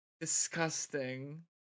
Disgusting